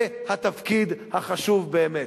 זה התפקיד החשוב באמת.